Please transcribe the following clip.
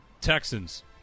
Texans